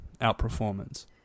outperformance